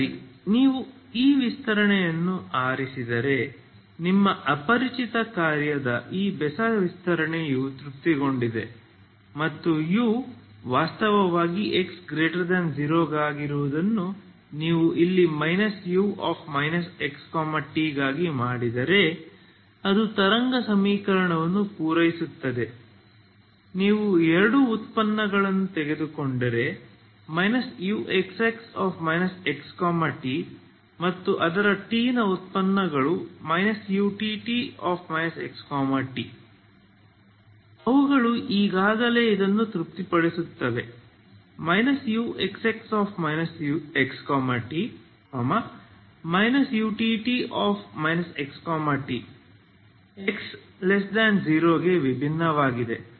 ಸರಿ ನೀವು ಈ ವಿಸ್ತರಣೆಯನ್ನು ಆರಿಸಿದರೆ ನಿಮ್ಮ ಅಪರಿಚಿತ ಕಾರ್ಯದ ಈ ಬೆಸ ವಿಸ್ತರಣೆಯು ತೃಪ್ತಿಗೊಂಡಿದೆ ಮತ್ತು u ವಾಸ್ತವವಾಗಿ x0 ಗಾಗಿರುವುದನ್ನು ನೀವು ಇಲ್ಲಿ u xt ಗಾಗಿ ಮಾಡಿದರೆ ಅದು ತರಂಗ ಸಮೀಕರಣವನ್ನು ಪೂರೈಸುತ್ತದೆ ನೀವು ಎರಡು ಉತ್ಪನ್ನಗಳನ್ನು ತೆಗೆದುಕೊಂಡರೆ uxx xt ಮತ್ತು ಅದರ t ನ ಉತ್ಪನ್ನಗಳು utt xt ಅವುಗಳು ಈಗಾಗಲೇ ಇದನ್ನು ತೃಪ್ತಿಪಡಿಸುತ್ತವೆ uxx xt utt xt x0 ಗೆ ವಿಭಿನ್ನವಾಗಿದೆ